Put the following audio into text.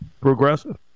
progressive